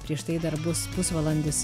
prieš tai dar bus pusvalandis